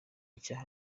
nshya